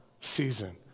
season